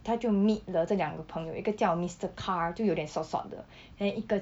他就 meet 了这两个朋友一个叫 mister car 就有一点 sot sot 的 and then 一个